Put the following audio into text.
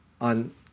on